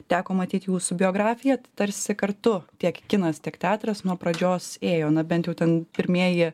teko matyt jūsų biografiją tarsi kartu tiek kinas tiek teatras nuo pradžios ėjo na bent jau ten pirmieji